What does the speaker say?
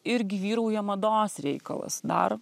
irgi vyrauja mados reikalas dar